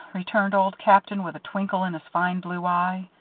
returned old captain, with a twinkle in his fine blue eye,